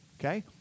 Okay